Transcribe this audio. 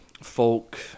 folk